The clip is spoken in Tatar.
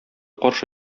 каршы